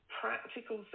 practical